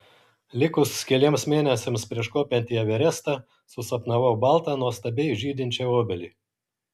likus keliems mėnesiams prieš kopiant į everestą susapnavau baltą nuostabiai žydinčią obelį